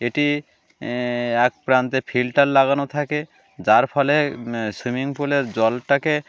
এটি এক প্রান্তে ফিল্টার লাগানো থাকে যার ফলে সুইমিং পুলের জলটাকে